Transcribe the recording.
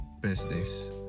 business